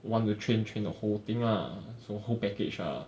want to train train the whole thing lah so whole package ah